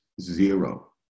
zero